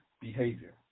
behavior